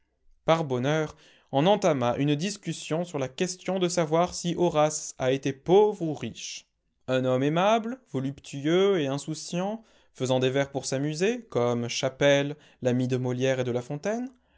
par bonheur on entama une discussion sur la question de savoir si horace a été pauvre ou riche un homme aimable voluptueux et insouciant faisant des vers pour s'amuser comme chapelle l'ami de molière et de la fontaine